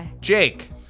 Jake